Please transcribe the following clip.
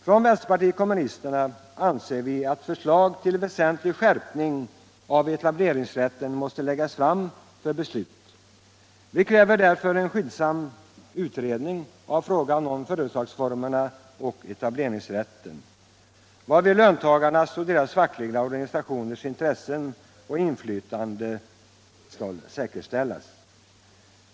Från vänsterpartiet kommunisternas sida anser vi att förslag till väsentlig skärpning av etableringsrätten måste läggas fram för beslut. Vi kräver därför en skyndsam utredning av frågan om företagsformerna och etableringsrätten, varvid löntagarnas och deras fackliga organisationers intressen och inflytande skall säkerställas.